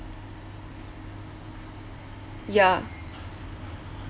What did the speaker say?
ya